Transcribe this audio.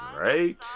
right